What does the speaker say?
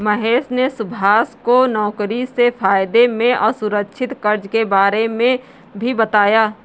महेश ने सुभाष को नौकरी से फायदे में असुरक्षित कर्ज के बारे में भी बताया